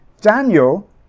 Daniel